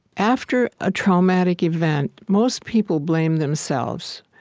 after a traumatic event, most people blame themselves.